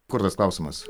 kur tas klausimas